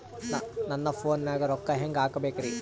ನನ್ನ ಫೋನ್ ನಾಗ ರೊಕ್ಕ ಹೆಂಗ ಹಾಕ ಬೇಕ್ರಿ?